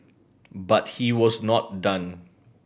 but he was not done